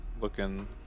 Looking